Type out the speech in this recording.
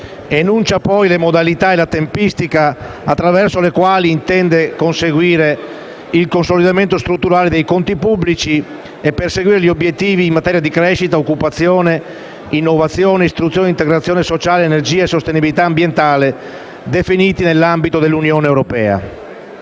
Enuncia poi le modalità e la tempistica attraverso le quali l'Italia intende conseguire il consolidamento strutturale dei conti pubblici e perseguire gli obiettivi in materia di crescita, occupazione, innovazione, istruzione, integrazione sociale, energia e sostenibilità ambientale definiti nell'ambito dell'Unione europea.